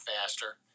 faster